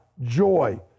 joy